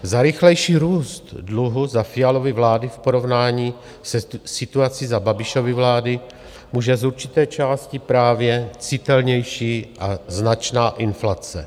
Za rychlejší růst dluhu za Fialovy vlády v porovnání se situací za Babišovy vlády může z určité části právě citelnější a značná inflace.